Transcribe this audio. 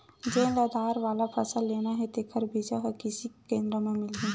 जेन ल दार वाला फसल लेना हे तेखर बीजा ह किरसी केंद्र म मिलही